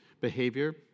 behavior